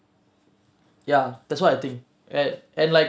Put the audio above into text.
ya that's what I think and and like